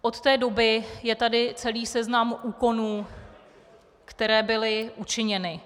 Od té doby je tady celý seznam úkonů, které byly učiněny.